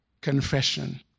confession